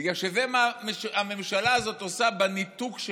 בגלל שזה מה שהממשלה הזאת עושה בניתוק שלה.